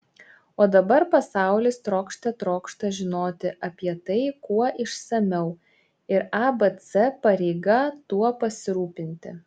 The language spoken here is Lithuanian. o dabar pasaulis trokšte trokšta žinoti apie tai kuo išsamiau ir abc pareiga tuo pasirūpinti